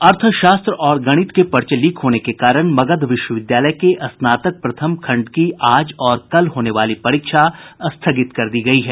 अर्थशास्त्र और गणित के पर्चे लीक होने के कारण मगध विश्वविद्यालय के स्नातक प्रथम खंड की आज और कल होने वाली परीक्षा स्थगित कर दी गयी है